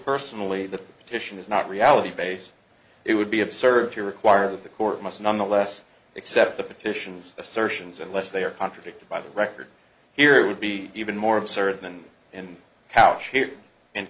personally the petition is not reality based it would be absurd to require the court must nonetheless accept the petitions assertions unless they are contradicted by the record here would be even more absurd than in